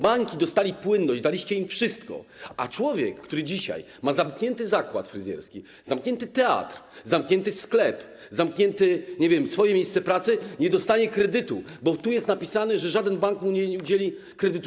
Banki dostały płynność, daliście im wszystko, a człowiek, który dzisiaj ma zamknięty zakład fryzjerski, zamknięty teatr, zamknięty sklep, zamknięte, nie wiem, swoje miejsce pracy, nie dostanie kredytu, bo tu jest napisane, że żaden bank mu nie udzieli kredytu.